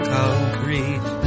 concrete